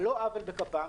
על לא עוול בכפן,